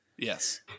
Yes